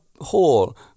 hall